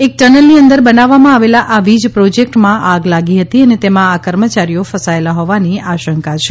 એક ટનલની અંદર બનાવવામાં આવેલા આ વીજ પ્રોજેકટમાં આગ લાગી હતી અને તેમાં આ કર્મચારીઓ ફસાયેલા હોવાની આશંકા છે